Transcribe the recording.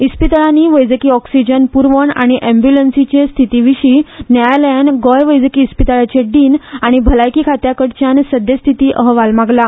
इस्पितळांनी वैजकी ऑक्सिज्यन प्रवण आनी ॲम्ब्लन्सींचे स्थितीविशींय न्यायालयान गोंय वैजकी इस्पितळाचे डीन आनी भलायकी खात्याकडच्यान सध्यस्थिती अहवाल मागला